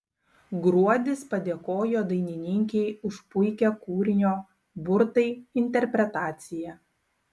gruodis padėkojo dainininkei už puikią kūrinio burtai interpretaciją